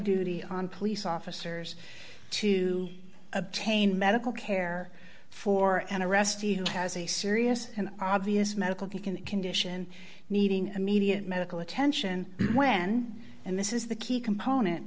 duty on police officers to obtain medical care for an arrestee who has a serious and obvious medical pekin condition needing immediate medical attention when and this is the key component